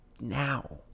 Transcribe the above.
Now